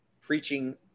preaching